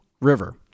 River